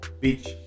Beach